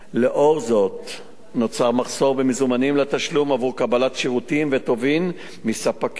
לנוכח זה נוצר מחסור במזומנים לתשלום עבור קבלת שירותים וטובין מספקים.